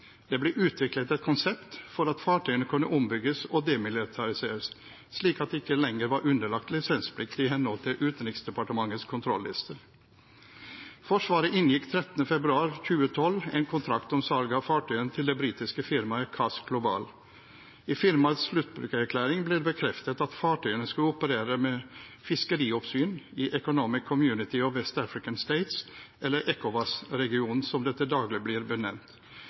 Det ble utviklet et konsept for at fartøyene kunne ombygges og demilitariseres, slik at de ikke lenger var underlagt lisensplikt i henhold til Utenriksdepartementets kontrollister. Forsvaret inngikk 13. februar 2012 en kontrakt om salg av fartøyene til det britiske firmaet CAS Global. I firmaets sluttbrukererklæring ble det bekreftet at fartøyene skulle operere med fiskerioppsyn i Economic Community of West African States, eller ECOWAS-regionen, som det til daglig blir benevnt,